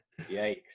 yikes